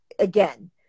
Again